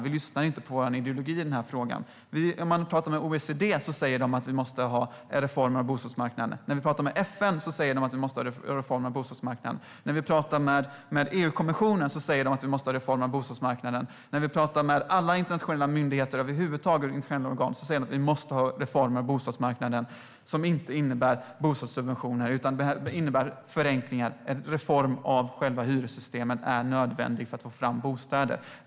Vi lyssnar inte på vår ideologi i den här frågan. OECD säger att vi måste göra reformer på bostadsmarknaden. FN säger att vi måste göra reformer på bostadsmarknaden. EU-kommissionen säger att vi måste göra reformer på bostadsmarknaden. Alla internationella myndigheter och organ säger att vi måste göra reformer på bostadsmarknaden som inte innebär bostadssubventioner, utan det här innebär förenklingar. En reform av själva hyressystemen är nödvändig för att få fram bostäder.